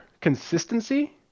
consistency